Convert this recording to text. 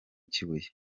kibuye